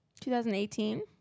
2018